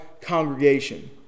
congregation